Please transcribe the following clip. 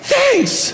Thanks